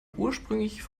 ursprünglich